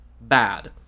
Bad